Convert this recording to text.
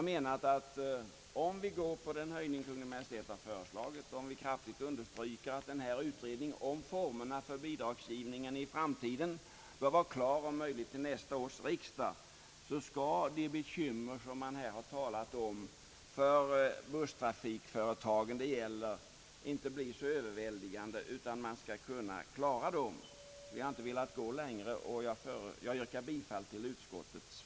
Om vi nu går på den höjning som Kungl. Maj:t har föreslagit och om vi kraftigt understryker, att denna utredning av bidragsformerna för framtiden bör vara klar om möjligt till nästa års riksdag, skulle de bekymmer det här har talats om för de busstrafikföretag det gäller kanske inte bli så överväldigande, utan de bör kunna klaras. Vi har inte velat gå längre än så, och jag yrkar bifall till utskottets förslag.